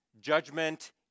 Judgment